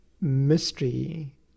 mystery